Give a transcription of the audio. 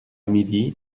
midi